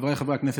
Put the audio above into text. חבריי חברי הכנסת,